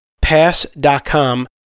pass.com